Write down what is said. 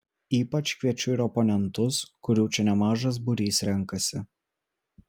ypač kviečiu ir oponentus kurių čia nemažas būrys renkasi